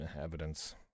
evidence